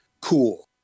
cool